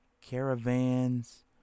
caravans